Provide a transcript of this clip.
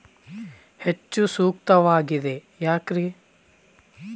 ಹೆಚ್ಚು ಸೂಕ್ತವಾಗಿದೆ ಯಾಕ್ರಿ?